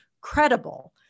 credible